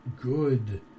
good